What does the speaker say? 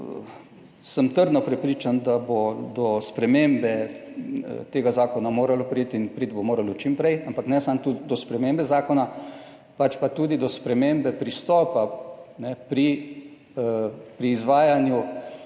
sem trdno prepričan, da bo do spremembe tega zakona moralo priti in priti bo moralo čim prej, ampak ne samo tudi do spremembe zakona, pač pa tudi do spremembe pristopa pri, pri izvajanju